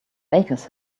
bakers